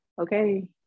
Okay